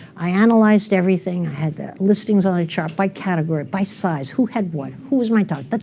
i analyzed everything. i had the listings on a chart by category, by size, who had what, who's my tar but